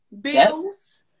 bills